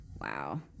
Wow